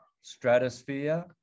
stratosphere